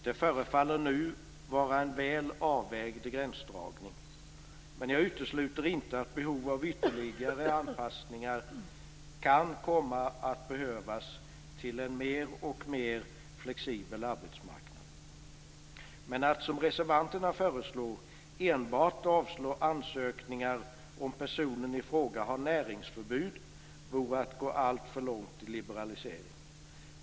Det förefaller nu att vara en väl avvägd gränsdragning, men jag utesluter inte att ytterligare anpassningar till en mer och mer flexibel arbetsmarknad kan komma att behövas. Men att, som reservanterna föreslår, enbart avslå ansökningar om personen i fråga har näringsförbud, vore att gå alltför långt i liberalisering.